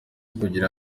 kugira